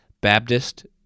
Baptist